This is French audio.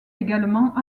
également